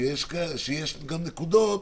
שיש גם נקודות,